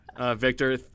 Victor